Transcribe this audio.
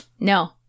No